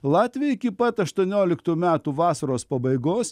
latviai iki pat aštuonioliktų metų vasaros pabaigos